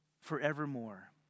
forevermore